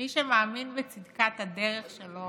מי שמאמין בצדקת הדרך שלו